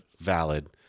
valid